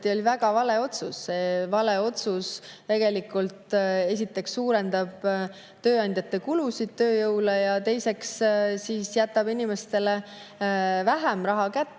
oli väga vale otsus. See vale otsus esiteks suurendab tööandjate kulusid tööjõu peale ja teiseks jätab inimestele vähem raha kätte.